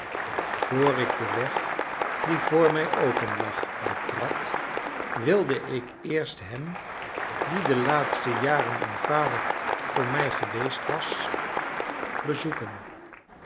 vr ik den weg die voor mij openlag betrad wilde ik eerst hem die de laatste jaren een vader voor mij geweest was bezoeken